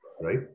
right